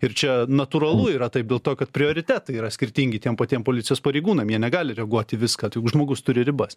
ir čia natūralu yra taip dėl to kad prioritetai yra skirtingi tiem patiem policijos pareigūnam jie negali reaguot į viską juk žmogus turi ribas